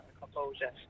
composure